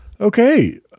okay